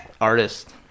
artist